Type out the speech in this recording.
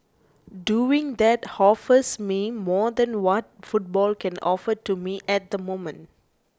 doing that offers me more than what football can offer to me at the moment